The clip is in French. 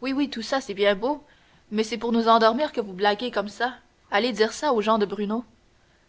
oui oui tout ça c'est bien beau mais c'est pour nous endormir que vous blaguez comme ça allez dire ça aux gens de bruneau